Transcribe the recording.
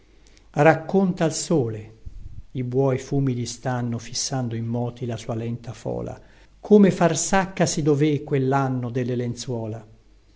racconta al sole i buoi fumidi stanno fissando immoti la sua lenta fola come far sacca si dové quellanno delle lenzuola